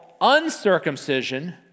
uncircumcision